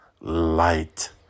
light